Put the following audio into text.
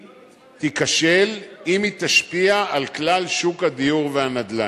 תיכשל אם היא תשפיע על כלל שוק הדיור והנדל"ן.